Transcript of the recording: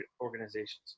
organizations